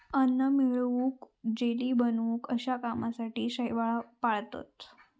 अन्न मिळवूक, जेली बनवूक अश्या कामासाठी शैवाल पाळतत